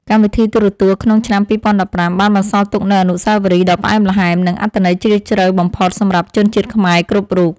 កម្មវិធីទូរទស្សន៍ក្នុងឆ្នាំ ២០១៥ បានបន្សល់ទុកនូវអនុស្សាវរីយ៍ដ៏ផ្អែមល្ហែម និងអត្ថន័យជ្រាលជ្រៅបំផុតសម្រាប់ជនជាតិខ្មែរគ្រប់រូប។